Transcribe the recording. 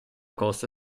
costa